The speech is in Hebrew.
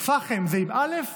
"פחם" זה עם אל"ף